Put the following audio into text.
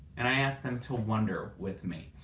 and i asked them to wonder with me.